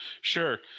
Sure